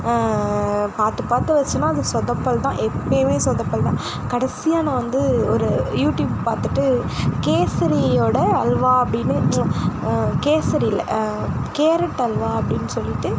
பார்த்து பார்த்து வச்சம்னா அது சொதப்பல் தான் எப்பவுமே சொதப்பல்தான் கடைசியாக நான் வந்து ஒரு யூடியூப் பார்த்துட்டு கேசரியோட அல்வா அப்படின்னு கேசரி இல்லை கேரட் அல்வா அப்படின்னு சொல்லிட்டு